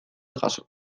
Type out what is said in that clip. jaso